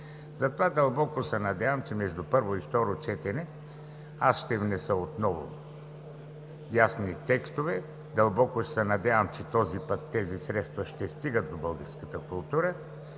Затова дълбоко се надявам, че между първо и второ четене аз ще внеса отново ясни текстове. Дълбоко се надявам, че този път тези средства ще стигат до българската култура.